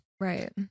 Right